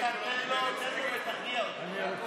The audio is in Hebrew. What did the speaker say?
ותרגיע אותו.